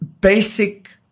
Basic